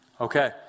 Okay